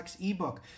ebook